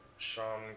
Sean